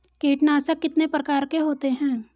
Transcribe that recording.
कीटनाशक कितने प्रकार के होते हैं?